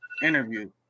Interview